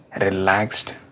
relaxed